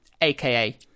aka